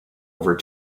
over